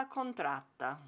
contratta